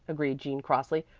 agreed jean crossly,